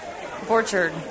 Borchard